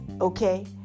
okay